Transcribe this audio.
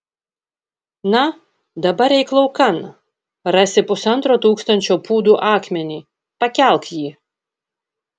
na dabar eik laukan rasi pusantro tūkstančio pūdų akmenį pakelk jį